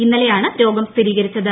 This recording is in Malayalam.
ഇന്നലെയാണ് രോഗം സ്ഥിരീകരിച്ചത്